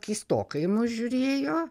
keistokai į mus žiūrėjo